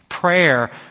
Prayer